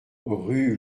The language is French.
rue